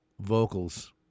vocals